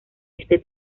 este